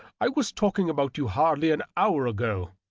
i was talking about you hardly an hour ago.